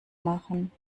machen